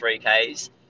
3Ks